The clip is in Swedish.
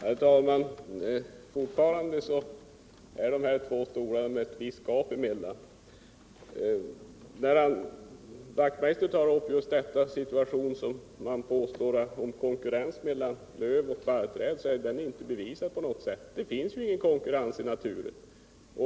Herr talman! Fortfarande är det ett visst gap mellan de stolarna. När Hans Wachtmeister tar upp frågan om konkurrens mellan lövsly och barrträd vill jag framhålla att den konkurrensen inte är bevisad. Det finns ju ingen konkurrens i naturen.